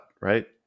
right